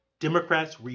Democrats